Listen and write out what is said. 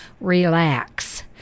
relax